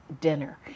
dinner